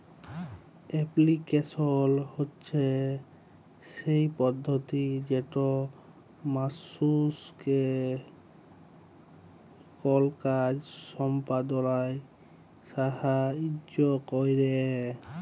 application হছে সেই পদ্ধতি যেট মালুসকে কল কাজ সম্পাদলায় সাহাইয্য ক্যরে